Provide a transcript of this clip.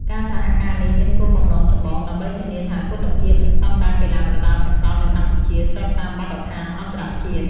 ការសហការនេះមានគោលបំណងចម្បងដើម្បីធានាថាគុណភាព និងស្តង់ដារកីឡាប្រដាល់សកលនៅកម្ពុជាស្របតាមបទដ្ឋានអន្តរជាតិ។